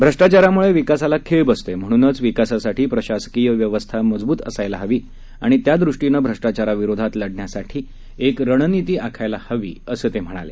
भ्रष्टाचारामुळे विकासाला खीळ बसते म्हणूनच विकासासाठी प्रशासकीय व्यवस्था मजबूत असायला हवी आणि त्यादृष्टीनं भ्रष्टाचाराविरोधात लढण्यासाठी एक रणनीती आखायला हवी असं ते म्हणाले